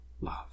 Love